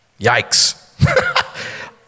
Yikes